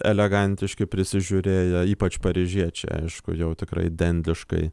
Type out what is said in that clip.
elegantiški prisižiūrėję ypač paryžiečiai aišku jau tikrai dendiškai